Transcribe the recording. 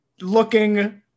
looking